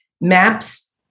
Maps